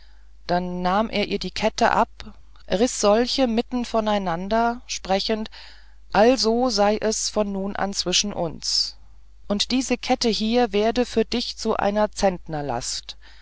dann nahm er ihr die kette ab riß solche mittenvoneinander sprechend also sei es von nun an zwischen uns und diese kette hier werde für dich zu einer